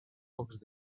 pocs